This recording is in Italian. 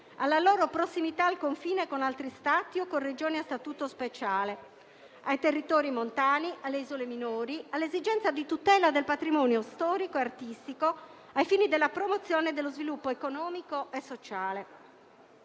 alla loro prossimità al confine con altri Stati o con Regioni a statuto speciale, ai territori montani, alle isole minori, all'esigenza di tutela del patrimonio storico e artistico ai fini della promozione dello sviluppo economico e sociale.